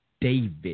David